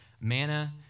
manna